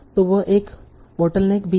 तो वह एक बोतलनैक भी है